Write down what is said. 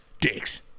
dicks